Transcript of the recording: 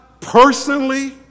personally